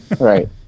Right